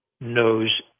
knows